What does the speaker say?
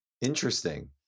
Interesting